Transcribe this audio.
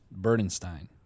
Burdenstein